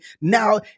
now